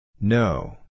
No